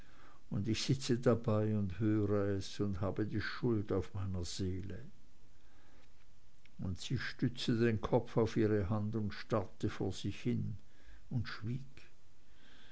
und ich sitze dabei und höre es und habe die schuld auf meiner seele und sie stützte den kopf auf ihre hand und starrte vor sich hin und schwieg